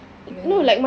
well